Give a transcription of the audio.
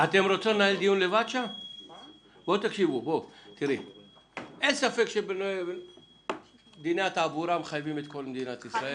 אין ספק שדיני התעבורה מחייבים את כל מדינת ישראל.